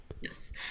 Yes